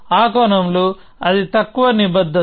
ఆ కోణంలో అది తక్కువ నిబద్ధత